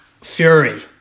Fury